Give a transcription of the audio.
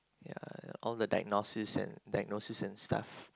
ya all the diagnoses and diagnoses and stuff